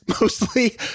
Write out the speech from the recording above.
mostly